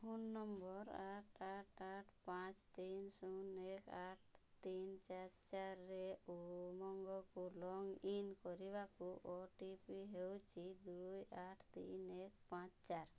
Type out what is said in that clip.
phone number ଆଠ ଆଠ ଆଠ ପାଞ୍ଚ ତିନି ଶୂନ ଏକ ଆଠ ତିନି ଚାରି ଚାରି ରେ ଉମଙ୍ଗକୁ ଲଗଇନ୍ କରିବାକୁ ଓ ଟି ପି ହେଉଛି ଦୁଇ ଆଠ ତିନି ଏକ ପାଞ୍ଚ ଚାରି